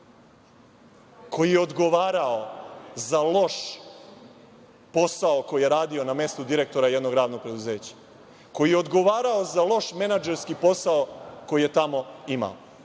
koji je odgovarao za loš posao koji je radio na mestu direktora jednog javnog preduzeća, koji je odgovarao za loš menadžerski posao koji je tamo imao.